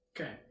okay